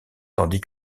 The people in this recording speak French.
tandis